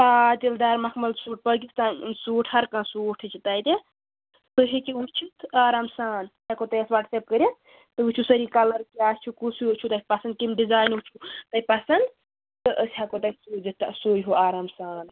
آ تِلہٕ دار مکھمل سوٗٹ پٲکستانی سوٗٹ ہر کانٛہہ سوٗٹ چھِ تَتہِ تُہۍ ہیٚکِو وٕچھِتھ آرام سان ہٮ۪کو تۄہہِ اَتھ وَٹسایپ کٔرِتھ تُہۍ وٕچھِو سٲری کَلَر کیٛاہ چھُ کُس چھُو تۄہہِ پَسنٛد کمہِ ڈِزاینُک چھُو تۄہہِ پَسنٛد تہٕ أسۍ ہٮ۪کو تۄہہِ سوٗزِتھ سُے ہیوٗ آرام سان